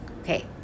okay